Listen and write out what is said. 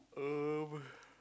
um